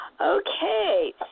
Okay